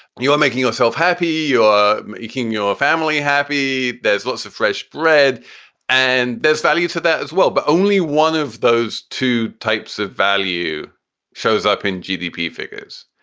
you are making yourself happy. you're making your family happy. there's lots of fresh bread and there's value to that as well. but only one of those two types of value shows up in gdp figures.